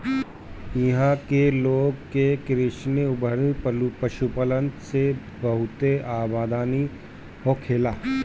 इहां के लोग के कृषि अउरी पशुपालन से बहुते आमदनी होखेला